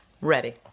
Ready